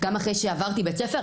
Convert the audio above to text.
גם אחרי שעברתי בית ספר,